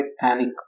panic